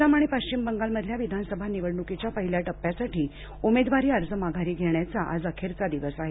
आसाम आणि पश्चिम बंगालमधल्या विधानसभा निवडणुकीच्या पहिल्या टप्प्यासाठी उमेदवारी अर्ज माघारी घेण्याचा आज अखेरचा दिवस आहे